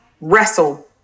wrestle